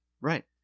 Right